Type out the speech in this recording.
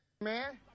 Man